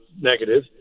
negative